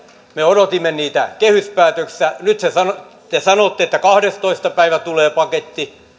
me odotimme niitä kehyspäätöksessä nyt te sanotte että kahdestoista päivä tulee paketti